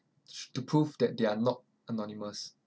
to prove that they are not anonymous